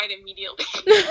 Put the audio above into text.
immediately